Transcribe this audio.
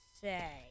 Say